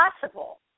possible